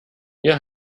hier